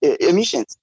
emissions